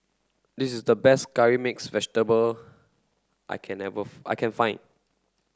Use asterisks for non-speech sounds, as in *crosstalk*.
this is the best curry mixed vegetable I can ever *unintelligible* I can find